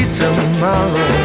tomorrow